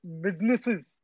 businesses